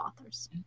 authors